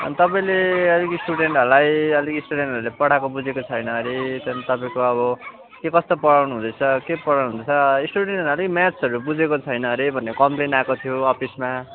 अनि तपाईँले अलिक स्टुडेन्टहरूलाई अलिक स्टुडेन्टहरूले पढाएको बुझेको छैन अरे तपाईँको अब के कस्तो पढाउनु हुँदैछ के पढाउनु हुँदैछ स्टुडेन्टहरूले अलिक म्याथ्सहरू बुझेको छैन अरे भन्ने कम्प्लेन आएको थियो अफिसमा